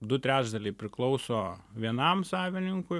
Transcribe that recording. du trečdaliai priklauso vienam savininkui